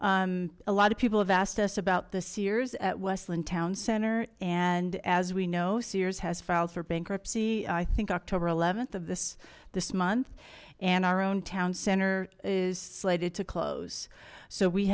c a lot of people have asked us about the sears at westland town center and as we know sears has filed for bankruptcy i think october th of this this month and our own town center is slated to close so we